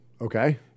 Okay